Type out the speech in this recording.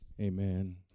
Amen